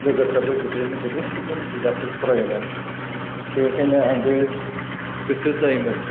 लोगोफ्रा बिदिनो गुबुन गुबुन बिजाबफोर फरायोमोन बिनिखायनो आंबो गोसो जायोमोन